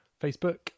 Facebook